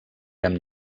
amb